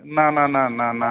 না না না না না